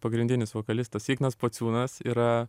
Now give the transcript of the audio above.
pagrindinis vokalistas ignas pociūnas yra